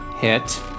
hit